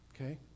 Okay